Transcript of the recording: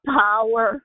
power